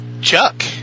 Chuck